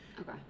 Okay